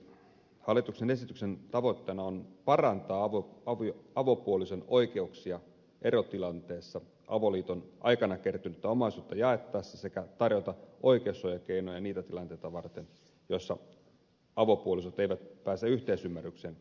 hallituksen esityksen tavoitteena on parantaa avopuolison oikeuksia erotilanteessa avoliiton aikana kertynyttä omaisuutta jaettaessa sekä tarjota oikeussuojakeinoja niitä tilanteita varten joissa avopuolisot eivät pääse yhteisymmärrykseen omaisuuden jaosta